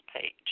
page